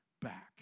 back